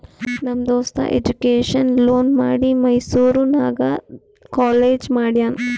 ನಮ್ ದೋಸ್ತ education loan ಮಾಡಿ ಮೈಸೂರು ನಾಗ್ ಕಾಲೇಜ್ ಮಾಡ್ಯಾನ್